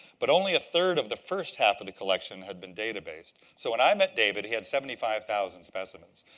but only a third of the first half of the collection had been databased. so when i met david, he had seventy five thousand specimens.